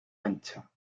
ancha